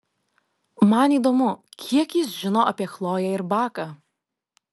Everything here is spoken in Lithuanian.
man įdomu kiek jis žino apie chloję ir baką